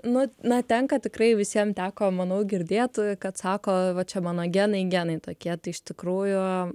nu na tenka tikrai visiem teko manau girdėt kad sako va čia mano genai genai tokie tai iš tikrųjų